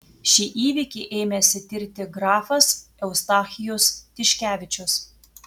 šį įvykį ėmėsi tirti grafas eustachijus tiškevičius